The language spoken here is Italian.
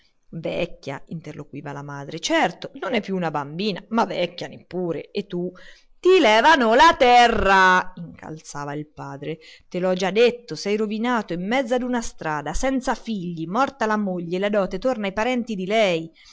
vecchia interloquiva la madre certo non è più una bambina ma vecchia neppure e tu ti levano la terra incalzava il padre te l'ho già detto sei rovinato in mezzo a una strada senza figli morta la moglie la dote torna ai parenti di lei